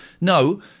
No